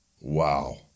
wow